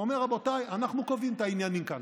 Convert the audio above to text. הוא אומר: רבותיי, אנחנו קובעים את העניינים כאן.